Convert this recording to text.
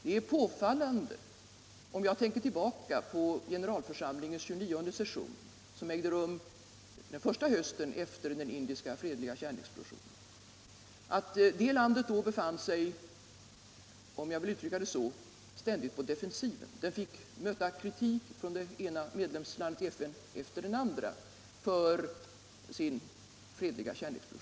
Det är påfallande, om jag tänker tillbaka på generalförsamlingens 29:e session, som ägde rum den första hösten efter den indiska fredliga kärnexplosionen, att det landet då befann sig — om jag får uttrycka det så —- ständigt på defensiven. Det fick möta kritik från det ena medlemslandet Fredagen den rades på ett år dramatiskt.